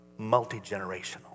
multigenerational